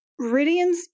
Ridian's